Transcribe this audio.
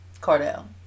Cardell